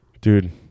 Dude